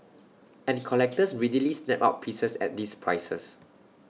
and collectors readily snap up pieces at these prices